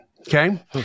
Okay